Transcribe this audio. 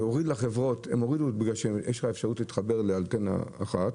זה הוריד כי יש לך אפשרות להתחבר לאנטנה אחת